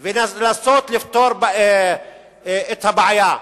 ולנסות לפתור את הבעיה.